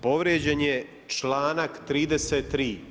Povrijeđen je članak 33.